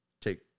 take